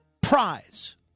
Prize